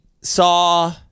saw